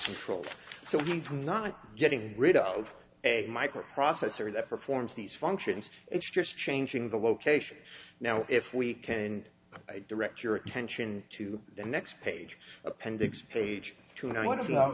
control so he's not getting rid of a microprocessor that performs these functions it's just changing the location now if we can direct your attention to the next page appendix page two and i